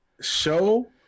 Show